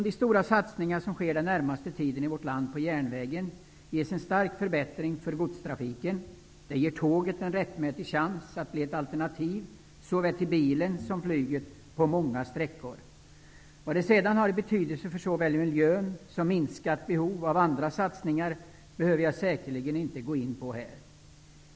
De stora satsningar som den närmaste tiden sker på järnvägen i vårt land innebär en stark förbättring för godstrafiken, och tåget får därigenom en rättmätig chans att bli ett alternativ till såväl bilen som flyget på många sträckor. Vad det sedan har för betydelse för miljön och vad det innebär i fråga om ett minskat behov av andra satsningar behöver jag säkerligen inte gå in på.